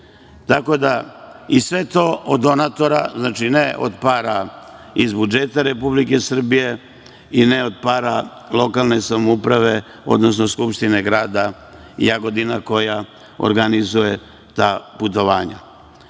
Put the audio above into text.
Sve je to od donatora, znači ne od para iz budžeta Republike Srbije i ne od para lokalne samouprave, odnosno Skupštine grada Jagodina koja organizuje ta putovanja. Egipat